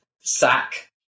sack